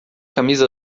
camisa